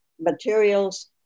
materials